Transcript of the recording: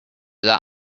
that